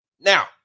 Now